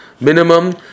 Minimum